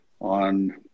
on